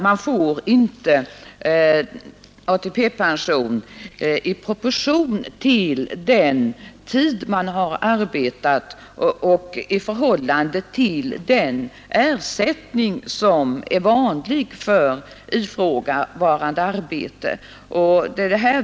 Han får inte ATP-pension i proportion till den tid som han har arbetat och i förhållande till den ersättning som är vanlig för ifrågavarande arbete.